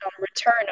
return